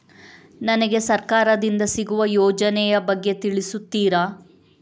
ನನಗೆ ಸರ್ಕಾರ ದಿಂದ ಸಿಗುವ ಯೋಜನೆ ಯ ಬಗ್ಗೆ ತಿಳಿಸುತ್ತೀರಾ?